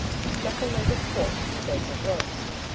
to stuff a leg of pork to bake or roast.